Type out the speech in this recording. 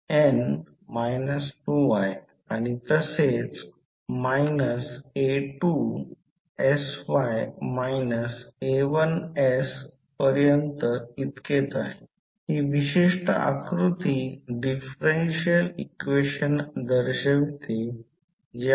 आता पुढे या कॉइलमध्ये करंट i2 मुळे तयार झालेले व्होल्टेज j 2 आहे येथे बाण पहा तो वरच्या दिशेने आहे मी तो केला आहे येथे तो j2 i2 आहे मग नंतर 10 अँगल90° 10 अँगल 0°